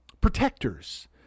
protectors